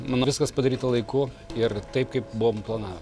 manau viskas padaryta laiku ir taip kaip buvom planavę